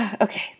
Okay